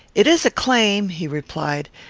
it is a claim, he replied,